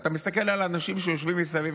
ואתה מסתכל על האנשים שיושבים מסביב